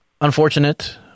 unfortunate